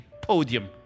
podium